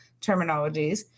terminologies